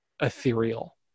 ethereal